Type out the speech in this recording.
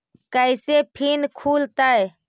कैसे फिन खुल तय?